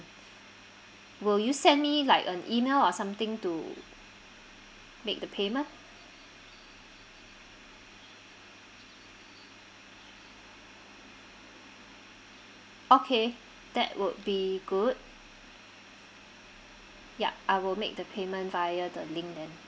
will you send me like an email or something to make the payment okay that would be good ya I will make the payment via the link then